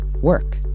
work